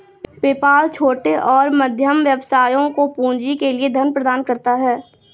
PayPal छोटे और मध्यम व्यवसायों को पूंजी के लिए धन प्रदान करता है